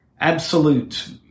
Absolute